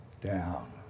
down